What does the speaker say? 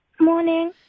morning